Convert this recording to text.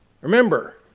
Remember